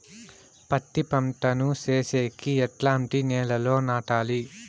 పత్తి పంట ను సేసేకి ఎట్లాంటి నేలలో నాటాలి?